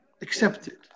accepted